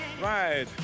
right